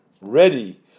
ready